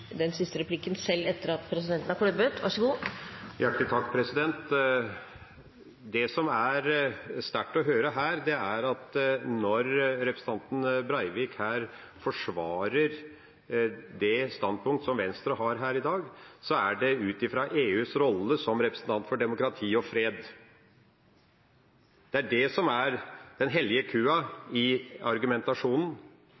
den siste replikken, selv etter at presidenten har klubbet. Vær så god. Hjertelig takk, president. Det som er sterkt å høre her, er at når representanten Breivik forsvarer det standpunkt som Venstre har her i dag, er det ut fra EUs rolle som representant for demokrati og fred. Det er det som er den hellige